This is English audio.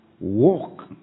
Walk